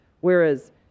Whereas